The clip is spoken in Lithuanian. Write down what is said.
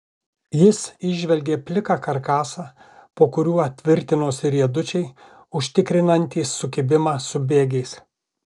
jis įžvelgė pliką karkasą po kuriuo tvirtinosi riedučiai užtikrinantys sukibimą su bėgiais